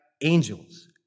angels